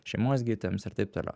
šeimos gydytojams ir taip toliau